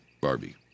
Barbie